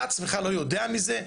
אתה עצמך לא יודע מזה?